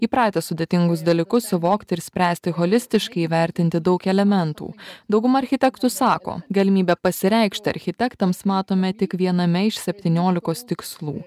įpratę sudėtingus dalykus suvokti ir spręsti holistiškai įvertinti daug elementų dauguma architektų sako galimybę pasireikšti architektams matome tik viename iš septyniolikos tikslų